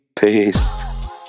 Peace